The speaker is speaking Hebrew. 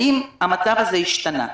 האם המצב הזה השתנה?